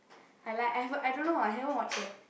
I like I I don't know I haven't watch yet